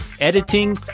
editing